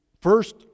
first